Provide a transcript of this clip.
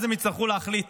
אז הם יצטרכו להחליט